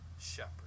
shepherd